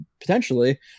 potentially